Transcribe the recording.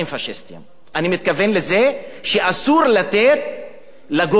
אני מתכוון לזה שאסור לתת לגורמים בימין,